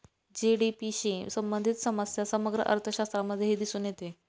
GDP शी संबंधित समस्या समग्र अर्थशास्त्रामध्येही दिसून येते